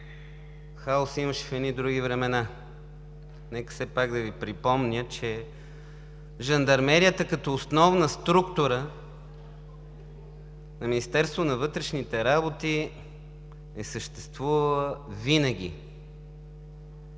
хаос имаше в едни други времена. Нека все пак да Ви припомня, че Жандармерията, като основна структура на Министерството на вътрешните работи, е съществувала винаги.